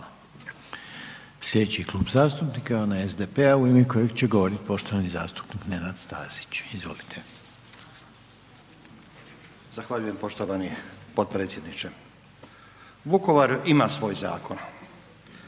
(HDZ)** Sljedeći klub zastupnika je onaj SDP-a u ime kojeg će govoriti poštovani zastupnik Nenad Stazić. Izvolite. **Stazić, Nenad (SDP)** Zahvaljujem poštovani potpredsjedniče. Vukovar ima svoj zakon,